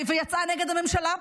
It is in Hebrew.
והיא יצאה נגד הממשלה,